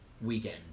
weekend